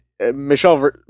Michelle